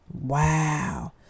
Wow